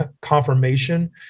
confirmation